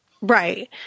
Right